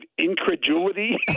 incredulity